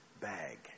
bag